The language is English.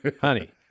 honey